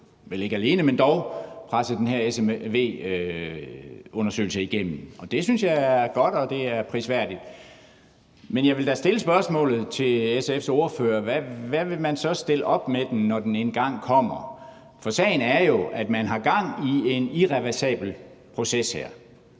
vel ikke alene, men dog alligevel – den her smv-undersøgelse igennem. Det synes jeg er godt og prisværdigt, men jeg vil da stille spørgsmålet til SF's ordfører: Hvad vil man så stille op med den, når den engang kommer? For sagen er jo, at man har gang i en irreversibel proces her.